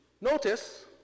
notice